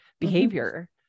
behavior